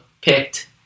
picked